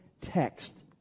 text